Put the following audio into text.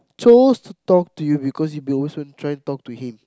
chose to talk to you because you been also try talk to him